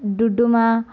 Duduma